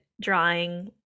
drawing